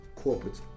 corporates